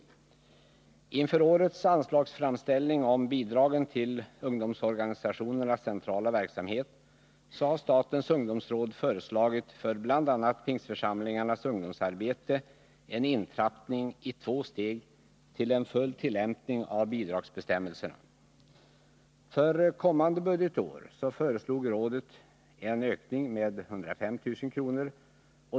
5 Inför årets anslagsframställning när det gäller bidragen till ungdomsorganisationernas centrala verksamhet har statens ungdomsråd till bl.a. pingstförsamlingarnas ungdomsarbete föreslagit en ”intrappning” i två steg till full tillämpning av bidragsbestämmelserna. För kommande budgetår föreslog rådet en ökning med 105 000 kr.